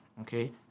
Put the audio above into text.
okay